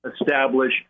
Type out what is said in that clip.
establish